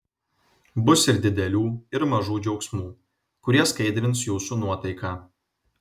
bus ir didelių ir mažų džiaugsmų kurie skaidrins jūsų nuotaiką